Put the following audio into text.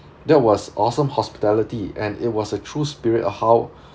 that was awesome hospitality and it was a true spirit of how